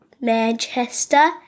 Manchester